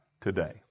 today